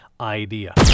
idea